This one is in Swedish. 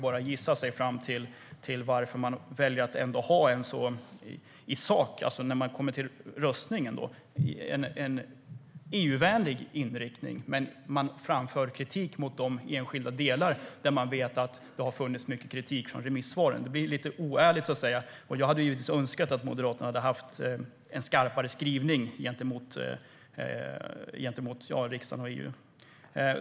Man väljer att i sak ha en EU-vänlig inriktning när det kommer till röstning, men man framför kritik mot de enskilda delar som har kritiserats i remissvaren. Det blir lite oärligt, och jag hade önskat att Moderaterna hade haft en skarpare skrivning gentemot riksdagen och EU.